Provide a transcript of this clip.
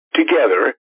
together